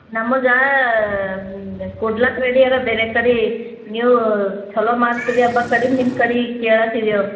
ನಮಗೆ ಕುಡ್ಲಾಕ್ಕ ರೆಡಿ ಅರ ಬೇರೆ ಕಡೆ ನೀವು ಛಲೋ ಮಾರತೀರಿ ಅಂಬ ಕಡೆ ನಿಮ್ಮ ಕಡೆ ಕೇಳತ್ತಿದ್ದೆವು